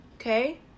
okay